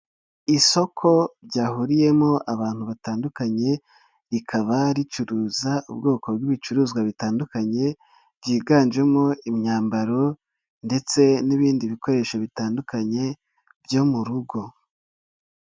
isoko ryahuriyemo abantu batandukanye, rikaba ricuruza ubwoko bw'ibicuruzwa bitandukanye byiganjemo imyambaro ndetse n'ibindi bikoresho bitandukanye byo mu rugo.